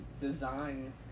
design